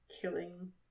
killing